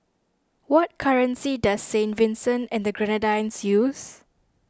what currency does Saint Vincent and the Grenadines use